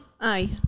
Aye